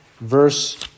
verse